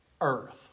earth